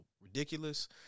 ridiculous